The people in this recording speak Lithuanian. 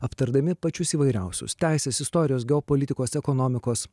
aptardami pačius įvairiausius teisės istorijos geopolitikos ekonomikos